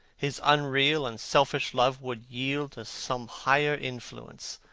his unreal and selfish love would yield to some higher influence,